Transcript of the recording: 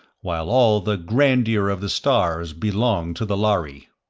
while all the grandeur of the stars belonged to the lhari.